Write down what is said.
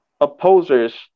opposers